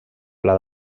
pla